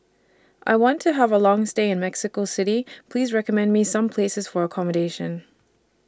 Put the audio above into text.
I want to Have A Long stay in Mexico City Please recommend Me Some Places For accommodation